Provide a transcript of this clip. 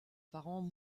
parents